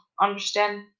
understand